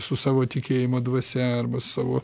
su savo tikėjimo dvasia arba savo